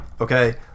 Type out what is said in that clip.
Okay